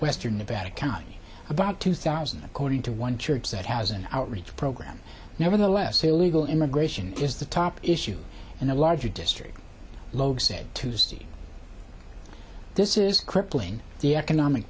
western nevada county about two thousand according to one church that has an outreach program nevertheless illegal immigration is the top issue and the larger district logue said tuesday this is crippling the economic